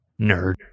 Nerd